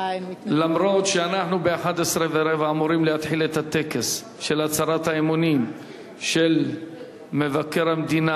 אף שב-11:15 אנחנו אמורים להתחיל את טקס הצהרת האמונים של מבקר המדינה